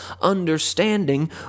understanding